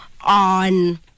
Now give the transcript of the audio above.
on